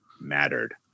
mattered